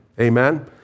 Amen